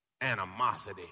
animosity